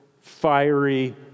fiery